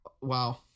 Wow